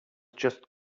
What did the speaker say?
just